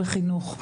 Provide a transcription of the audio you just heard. בחינוך.